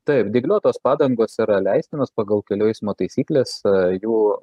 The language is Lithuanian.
taip dygliuotos padangos yra leistinos pagal kelių eismo taisykles jų